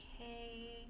okay